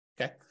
Okay